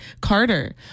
Carter